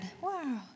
Wow